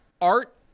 art